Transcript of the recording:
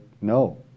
no